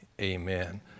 amen